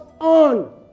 on